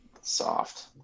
Soft